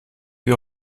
wie